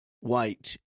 white